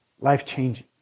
life-changing